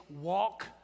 walk